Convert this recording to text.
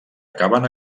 acaben